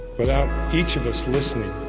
without each of us listening